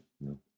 No